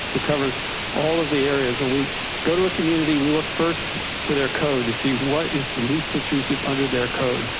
it covers all of the areas. when we go to a community, we look first to their code to see what is the least intrusive under their code.